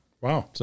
Wow